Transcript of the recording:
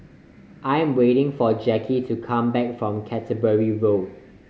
I am waiting for Jacky to come back from Canterbury Road